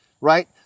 right